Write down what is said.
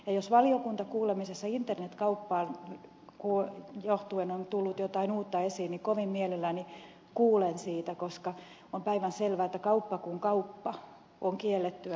jos valiokuntakuulemisessa internet kauppaan liittyen on tullut jotain uutta esiin niin kovin mielelläni kuulen siitä koska on päivän selvää että kauppa kuin kauppa on kiellettyä